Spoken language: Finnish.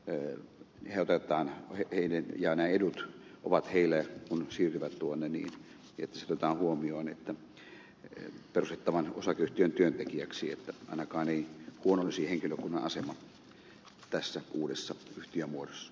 tein heitetään eteinen ja neidot ovat heille kun toimihenkilöt siirtyvät niin heidät otetaan perustettavan osakeyhtiön työntekijöiksi eikä ainakaan huononisi henkilökunnan asema tässä uudessa yhtiömuodossa